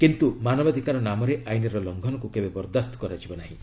କିନ୍ତୁ ମାନବାଧିକାର ନାମରେ ଆଇନର ଲଂଘନକୁ କେବେ ବରଦାସ୍ତ କରାଯିବ ନାହିଁ